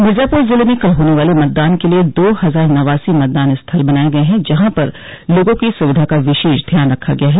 मिर्जापुर जिले में कल होने वाले मतदान के लिये दो हजार नवासी मतदान स्थल बनाये गये हैं जहां पर लोगों की सुविधा का विशेष ध्यान रखा गया है